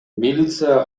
милиция